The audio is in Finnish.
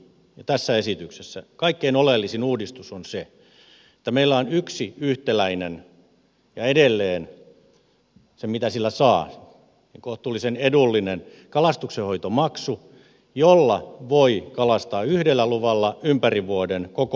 mutta kalastusmaksussakin ja tässä esityksessä kaikkein oleellisin uudistus on se että meillä on yksi yhtäläinen ja edelleen mitä sillä saa kohtuullisen edullinen kalastuksenhoitomaksu jolla voi kalastaa yhdellä luvalla ympäri vuoden koko suomessa